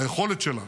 היכולת שלה